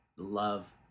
Love